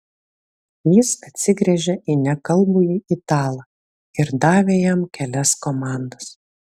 jis atsigręžė į nekalbųjį italą ir davė jam kelias komandas